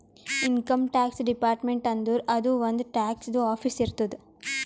income tax department ಅಂದುರ್ ಅದೂ ಒಂದ್ ಟ್ಯಾಕ್ಸದು ಆಫೀಸ್ ಇರ್ತುದ್